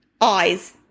eyes